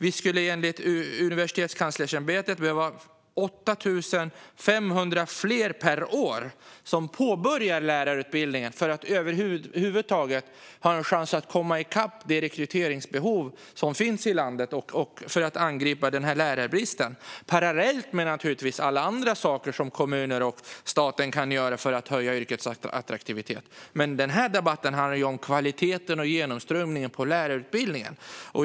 Vi skulle enligt Universitetskanslersämbetet behöva ha 8 500 fler studenter per år som påbörjar lärarutbildningen för att över huvud taget ha en chans att komma i kapp när det gäller rekryteringsbehovet i landet och för att angripa lärarbristen - parallellt med alla andra saker som kommuner och staten kan göra för att höja yrkets attraktivitet. Men den här debatten handlar om kvaliteten och genomströmningen på lärarutbildningen.